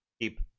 keep